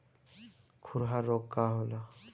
खुरहा रोग का होला?